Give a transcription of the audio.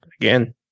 again